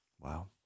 Wow